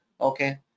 okay